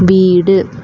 வீடு